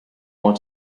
want